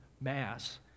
mass